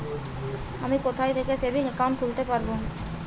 আমি কোথায় থেকে সেভিংস একাউন্ট খুলতে পারবো?